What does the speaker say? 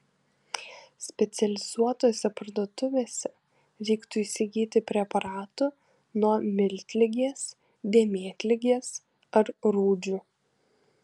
specializuotose parduotuvėse reiktų įsigyti preparatų nuo miltligės dėmėtligės ar rūdžių